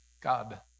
God